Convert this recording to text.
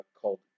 called